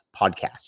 podcast